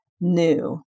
new